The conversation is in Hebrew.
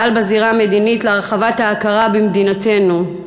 פעל בזירה המדינית להרחבת ההכרה במדינתנו,